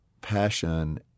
passion